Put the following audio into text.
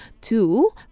Two